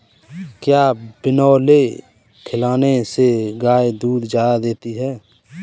क्या बिनोले खिलाने से गाय दूध ज्यादा देती है?